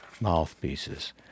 mouthpieces